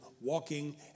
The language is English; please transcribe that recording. walking